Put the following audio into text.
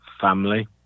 family